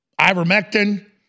ivermectin